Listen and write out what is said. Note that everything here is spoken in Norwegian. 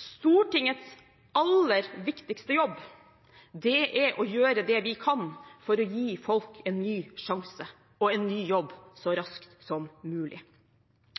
Stortingets aller viktigste jobb er å gjøre det vi kan for å gi folk en ny sjanse og en ny jobb så raskt som mulig.